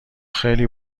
خیلی